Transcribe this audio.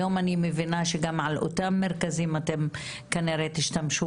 היום אני מבינה שגם באותם מרכזים אתם כנראה תשתמשו